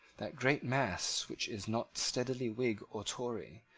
that great mass which is not steadily whig or tory,